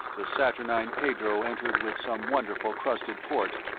the saturnine pedro entered with some wonderful crusted port,